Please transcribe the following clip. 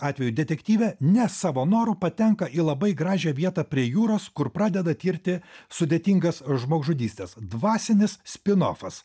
atveju detektyvė ne savo noru patenka į labai gražią vietą prie jūros kur pradeda tirti sudėtingas žmogžudystes dvasinis spinofas